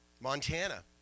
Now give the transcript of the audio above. Montana